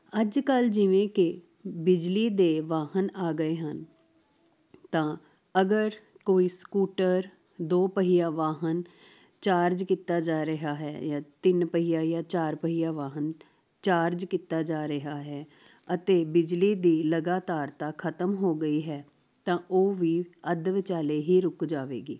ਅੱਜ ਕੱਲ੍ਹ ਜਿਵੇਂ ਕਿ ਬਿਜਲੀ ਦੇ ਵਾਹਨ ਆ ਗਏ ਹਨ ਤਾਂ ਅਗਰ ਕੋਈ ਸਕੂਟਰ ਦੋ ਪਹੀਆ ਵਾਹਨ ਚਾਰਜ ਕੀਤਾ ਜਾ ਰਿਹਾ ਹੈ ਜਾਂ ਤਿੰਨ ਪਹੀਆ ਜਾਂ ਚਾਰ ਪਹੀਆ ਵਾਹਨ ਚਾਰਜ ਕੀਤਾ ਜਾ ਰਿਹਾ ਹੈ ਅਤੇ ਬਿਜਲੀ ਦੀ ਲਗਾਤਾਰਤਾ ਖਤਮ ਹੋ ਗਈ ਹੈ ਤਾਂ ਉਹ ਵੀ ਅੱਧ ਵਿਚਾਲੇ ਹੀ ਰੁੱਕ ਜਾਵੇਗੀ